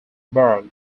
burke